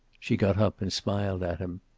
she got up and smiled at him.